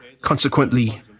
consequently